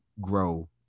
grow